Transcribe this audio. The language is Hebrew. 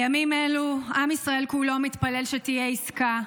בימים אלו עם ישראל כולו מתפלל שתהיה עסקה,